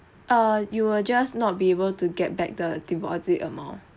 err you will just not be able to get back the deposit amount